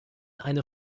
eine